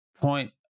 point